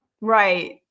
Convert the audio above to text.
right